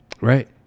Right